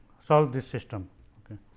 solve this system ok.